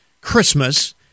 Christmas